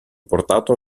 portato